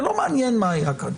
זה לא מעניין מה היה כאן.